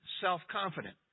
self-confident